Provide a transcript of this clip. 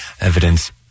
evidence